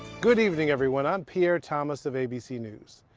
good evening, everyone. i'm pierre thomas of abc news.